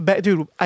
dude